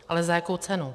Ale za jakou cenu?